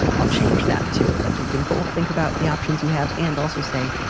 i'll change that to like you can both think about the options you have and also say,